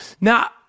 Now